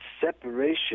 separation